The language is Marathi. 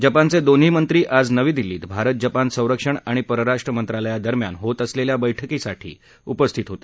जपानचे दोन्ही मंत्री आज नवी दिल्लीत भारत जपान संरक्षण आणि परराष्ट्र मंत्रालयादरम्यान होत असलेल्या बैठकीसाठी उपस्थित होते